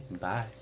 Bye